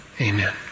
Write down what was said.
Amen